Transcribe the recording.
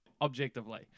objectively